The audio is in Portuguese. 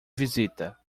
visita